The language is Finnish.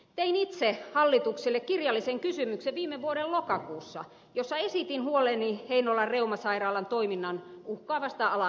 tein itse hallitukselle kirjallisen kysymyksen viime vuoden lokakuussa jossa esitin huoleni heinolan reumasairaalan toiminnan uhkaavasta alasajosta